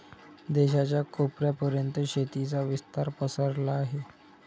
देशाच्या कोपऱ्या पर्यंत शेतीचा विस्तार पसरला आहे